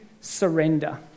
surrender